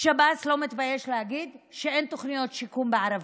שב"ס לא מתבייש להגיד שאין תוכניות שיקום בערבית.